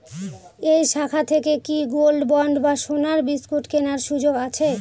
এই শাখা থেকে কি গোল্ডবন্ড বা সোনার বিসকুট কেনার সুযোগ আছে?